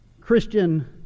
Christian